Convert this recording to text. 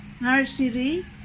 nursery